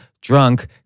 drunk